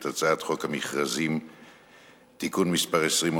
את הצעת חוק חובת המכרזים (תיקון מס' 20,